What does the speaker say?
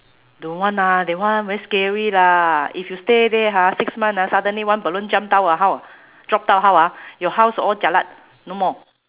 don't want ah that one very scary lah if you stay there ha six month ah suddenly one balloon jump down ah how drop down how ah your house all jialat no more